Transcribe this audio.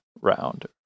round